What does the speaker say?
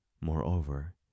Moreover